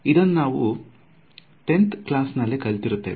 ಇದನ್ನು ನಾವು 10th class ನಲ್ಲಿ ಕಲಿತಿರುತ್ತೇವೆ